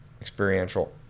experiential